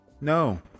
no